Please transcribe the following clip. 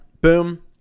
Boom